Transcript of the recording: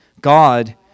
God